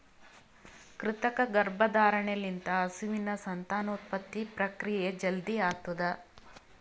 ಕೃತಕ ಗರ್ಭಧಾರಣೆ ಲಿಂತ ಹಸುವಿನ ಸಂತಾನೋತ್ಪತ್ತಿ ಪ್ರಕ್ರಿಯೆ ಜಲ್ದಿ ಆತುದ್